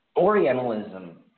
Orientalism